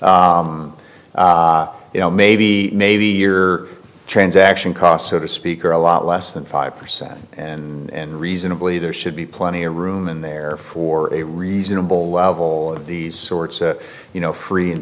major you know maybe maybe your transaction costs so to speak are a lot less than five percent and and reasonably there should be plenty of room in there for a reasonable level of these sorts you know free and